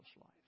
life